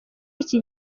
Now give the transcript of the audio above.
iki